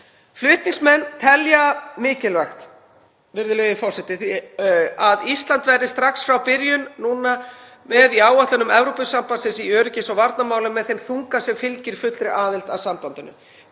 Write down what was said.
Flutningsmenn telja mikilvægt, virðulegi forseti, að Ísland verði strax frá byrjun núna með í áætlunum Evrópusambandsins í öryggis- og varnarmálum með þeim þunga sem fylgir fullri aðild að sambandinu.